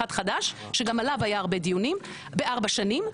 חדש שגם עליו היה הרבה דיונים בארבע שנים,